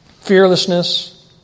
Fearlessness